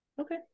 Okay